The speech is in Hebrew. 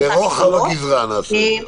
לרוחב הגזרה נעשה את זה.